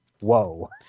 whoa